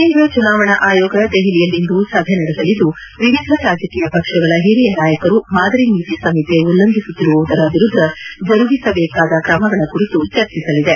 ಕೇಂದ ಚುನಾವಣಾ ಆಯೋಗ ದೆಹಲಿಯಲ್ಲಿಂದು ಸಭೆ ನಡೆಸಲಿದ್ದು ವಿವಿಧ ರಾಜಕೀಯ ಪಕ್ಷಗಳ ಹಿರಿಯ ನಾಯಕರು ಮಾದರಿ ನೀತಿಸಂಹಿತೆ ಉಲ್ಲಂಘಿಸುತ್ತಿರುವುದರ ವಿರುದ್ದ ಜರುಗಿಸಬೇಕಾದ ಕ್ರಮಗಳ ಕುರಿತು ಚರ್ಚಿಸಲಿದೆ